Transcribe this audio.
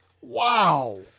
Wow